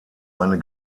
eine